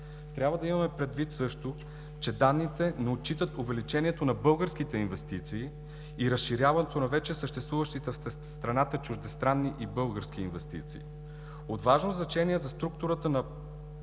Трябва да имаме предвид също, че данните не отчитат увеличението на българските инвестиции и разширяването на вече съществуващите в страната чуждестранни и български инвестиции. От важно значение е структурата на